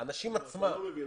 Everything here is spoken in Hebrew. אני לא מבין.